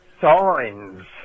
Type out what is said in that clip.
Signs